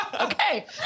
Okay